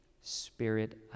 Spirit